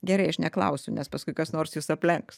gerai aš neklausiu nes paskui kas nors jus aplenks